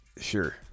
Sure